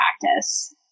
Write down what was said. practice